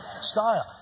style